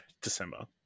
December